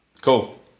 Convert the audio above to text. Cool